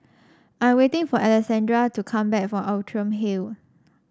I'm waiting for Alexandrea to come back from Outram Hill